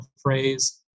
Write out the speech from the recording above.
phrase